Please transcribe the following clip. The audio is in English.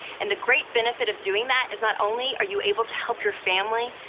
and the great benefit of doing that is, not only are you able to help your family,